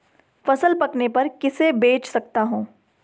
फसल पकने पर किसे बेच सकता हूँ?